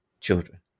children